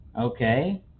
Okay